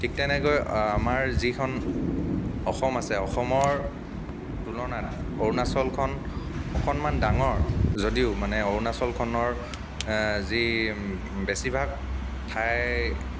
ঠিক তেনেকৈ আমাৰ যিখন অসম আছে অসমৰ তুলনাত অৰুণাচলখন অকণমান ডাঙৰ যদিও মানে অৰুণাচলখনৰ যি বেছিভাগ ঠাই